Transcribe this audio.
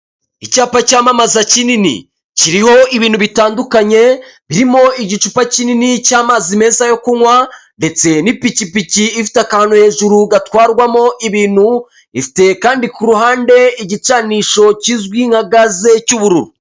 Icyapa cyamamaza kinini kiriho ibintu bitandukanye birimo igicupa kinini cy'amazi meza yo kunywa, ndetse n'ipikipiki ifite akantu hejuru gatwarwamo ibintu ifite kandi kuruhande igicanisho kizwi nka gaze cy'ubururu.